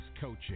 Coaching